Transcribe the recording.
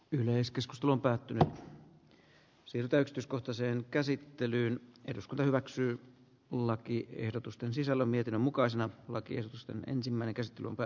yleiskeskustelun päätyä siltä styskohtaiseen käsittelyyn eduskunta hyväksyy lakiehdotusten sisällä mietinnön mukaisena lakiehdotusten ensimmäinen kesti monta